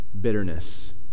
bitterness